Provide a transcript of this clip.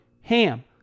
HAM